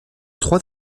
trois